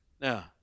Now